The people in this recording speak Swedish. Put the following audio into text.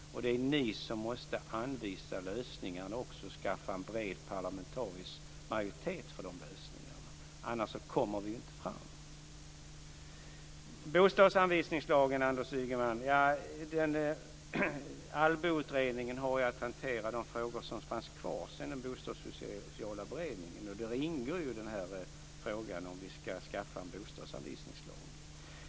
Det är ni som måste anvisa lösningarna och också skaffa en bred parlamentarisk majoritet för de lösningarna, för annars kommer vi inte fram. Sedan gäller det bostadsanvisningslagen. Anders Ygeman, Allboutredningen har att hantera de frågor som är kvar sedan den bostadssociala beredningen. Där ingår frågan om vi ska skaffa en bostadsanvisningslag.